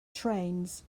trains